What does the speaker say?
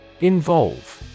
Involve